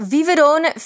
Viverone